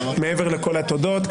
מעבר לכל התודות.